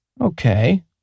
Okay